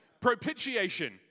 propitiation